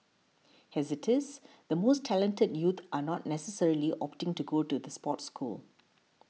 as it is the most talented youth are not necessarily opting to go to the sports school